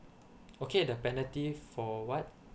okay the penalty for what